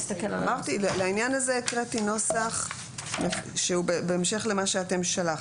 לעניין הזה הקראתי נוסח שהוא בהמשך למה שאתם שלחתם